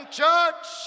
church